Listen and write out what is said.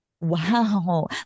wow